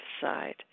side